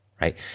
right